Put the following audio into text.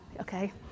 Okay